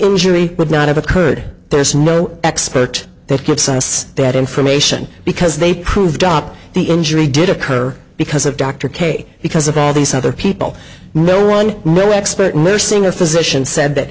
injury would not have occurred there's no expert that could sites that information because they proved op the injury did occur because of dr k because of all these other people no wrong expert nursing a physician said that